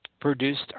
produced